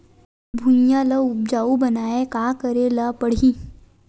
भुइयां ल उपजाऊ बनाये का करे ल पड़ही?